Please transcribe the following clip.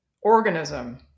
organism